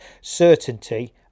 certainty